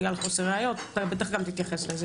בגלל חוסר ראיות - אתה בטח גם תתייחס לזה,